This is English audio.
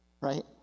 right